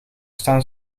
staan